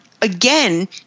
again